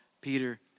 Peter